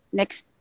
next